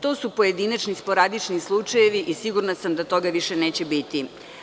To su pojedinačni, sporadični slučajevi i sigurna sam da toga više neće biti.